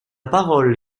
parole